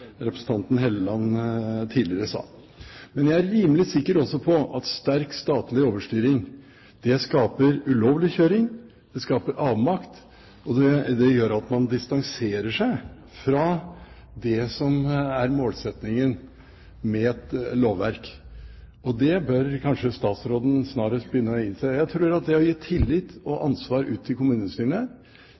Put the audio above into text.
representanten Hofstad Helleland tidligere sa. Jeg er også rimelig sikker på at sterk statlig overstyring skaper ulovlig kjøring og skaper avmakt. Det gjør at man distanserer seg fra det som er målsettingen med et lovverk. Det bør kanskje statsråden snarest begynne å innse. Jeg tror at det å gi tillit og ansvar ut til